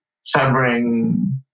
severing